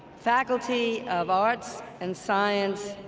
faculty of arts and science,